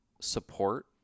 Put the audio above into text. support